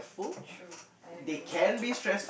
true I agree